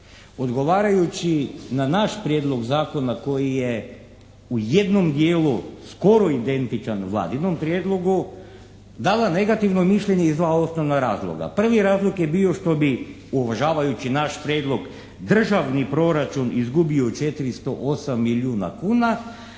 odgovarajući na naš prijedlog zakona koji je u jednom dijelu skoro identičan Vladinom prijedlogu dala negativno mišljenje iz dva osnovna razloga. Prvi razlog je bio što bi uvažavajući naš prijedlog državni proračun izgubio 408 milijuna kuna,